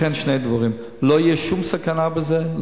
שני דברים: לא תהיה שום סכנה בזה,